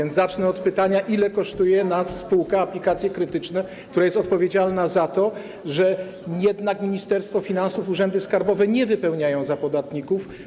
A więc zacznę od pytania: Ile kosztuje nas spółka Aplikacje Krytyczne, która jest odpowiedzialna za to, że jednak Ministerstwo Finansów, urzędy skarbowe nie wypełniają PIT-ów za podatników?